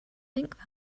think